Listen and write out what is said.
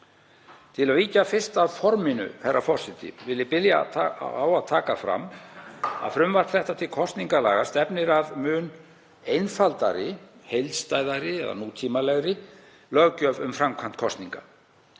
Til að víkja fyrst að forminu, herra forseti, vil ég byrja á að taka fram að frumvarp þetta til kosningalaga stefnir að mun einfaldari, heildstæðari eða nútímalegri löggjöf um framkvæmd kosninga.